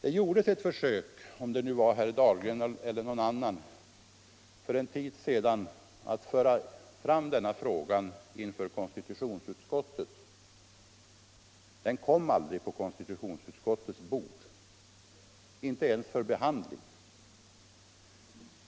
Det gjordes ett försök, om det nu var av herr Dahlgren eller av någon annan, för en tid sedan att föra fram denna fråga till konstitutionsutskottet. Den kom aldrig på konstitutionsutskottets bord, inte ens för behandling.